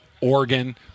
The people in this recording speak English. Oregon